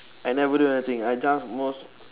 I never do anything I just most